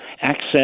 access